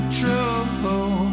true